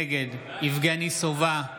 נגד יבגני סובה,